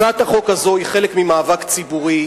הצעת החוק הזאת היא חלק ממאבק ציבורי,